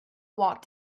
walked